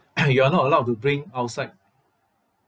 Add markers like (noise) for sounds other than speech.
(coughs) you are not allowed to bring outside